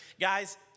guys